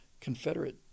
Confederate